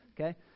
okay